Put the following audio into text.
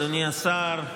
אדוני השר,